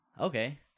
Okay